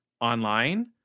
online